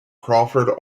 crawford